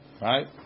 Right